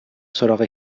سراغ